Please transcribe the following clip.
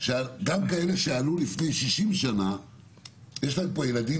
שגם כאלה שעלו לפני 60 שנה יש להם פה ילדים